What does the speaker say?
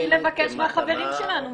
לא, שאנחנו נתחיל לבקש מהחברים שלנו מתנות,